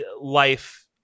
life